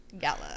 gala